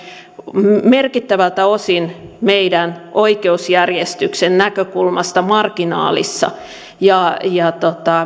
merkittävältä osin meidän oikeusjärjestyksen näkökulmasta marginaalissa ja ja